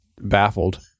baffled